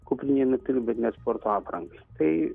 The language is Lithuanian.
kuprinei nupirkt bet net sporto aprangai tai